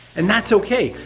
and that's okay.